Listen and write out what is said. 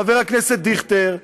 חבר הכנסת דיכטר,